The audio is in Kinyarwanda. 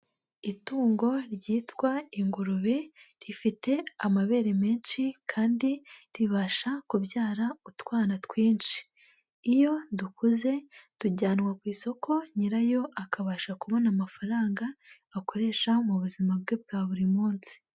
Itungo ryitwa ingurube rifite amabere menshi kandi ribasha kubyara utwana twinshi. Iyo dukuze tujyanwa ku isoko nyirayo akabasha kubona amafaranga akoresha mu buzima bwe bwa buri munsi.